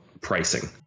pricing